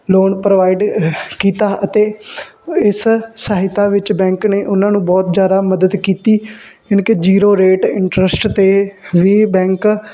loan provide ਕੀਤਾ ਅਤੇ ਇਸ ਸਹਾਇਤਾ ਵਿੱਚ ਬੈਂਕ ਨੇ ਉਹਨਾਂ ਨੂੰ ਬਹੁਤ ਜ਼ਿਆਦਾ ਮਦਦ ਕੀਤੀ ਯਾਨੀ ਕਿ ਜ਼ੀਰੋ ਰੇਟ ਇੰਟਰਸਟ 'ਤੇ ਵੀ ਬੈਂਕ